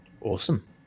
awesome